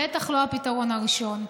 בטח לא הפתרון הראשון.